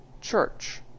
church